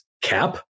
cap